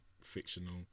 fictional